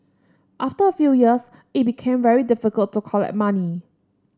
after a few years it became very difficult to collect money